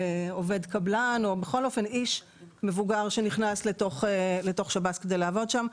עובד קבלן או איש מבוגר שנכנס לתוך שב"ס כדי לעבוד שם,